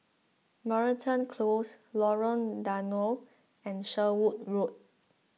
Moreton Close Lorong Danau and Sherwood Road